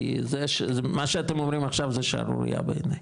כי מה שאתם אומרים עכשיו זה שערוריה בעיניי,